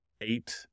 eight